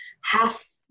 half